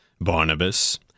Barnabas